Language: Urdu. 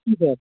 ٹھیک ہے